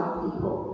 people